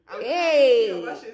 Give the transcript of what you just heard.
Hey